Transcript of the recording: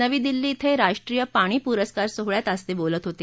नवी दिल्ली धिं राष्ट्रीय पाणी पुरस्कार सोहळ्यात आज ते बोलत होते